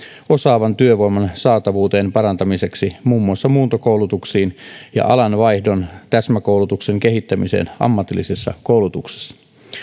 osaavan työvoiman saatavuuden parantamiseksi muun muassa muuntokoulutuksiin ja alanvaihdon täsmäkoulutuksen kehittämiseen ammatillisessa koulutuksessa